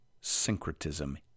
syncretism